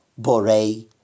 borei